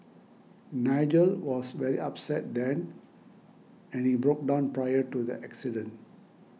Nigel was very upset then and he broke down prior to the accident